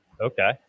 Okay